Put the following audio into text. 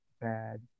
bad